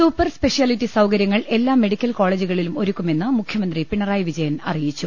super speciality സൌകര്യങ്ങൾ എല്ലാ medical കോളജുക ളിലും ഒരുക്കുമെന്ന് മുഖ്യമന്ത്രി പിണറായി വിജയൻ അറിയിച്ചു